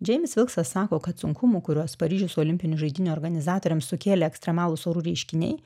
džeimis vilksas sako kad sunkumų kuriuos paryžiaus olimpinių žaidynių organizatoriams sukėlė ekstremalūs orų reiškiniai